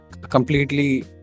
completely